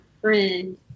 friend